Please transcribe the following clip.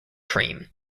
cream